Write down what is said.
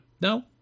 no